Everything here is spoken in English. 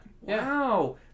Wow